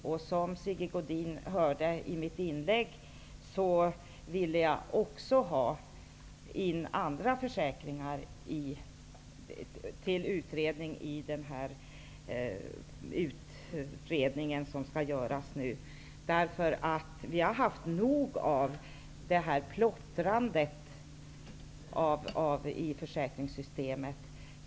Sigge Godin hörde att jag sade i mitt anförande att jag också vill att andra försäkringar skall tas med i utredningen. Vi i Vänsterpartiet har fått nog av plottrandet i försäkringssystemet.